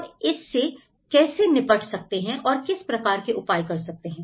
हम इस से कैसे निपट सकते हैं और किस प्रकार के उपाय कर सकते हैं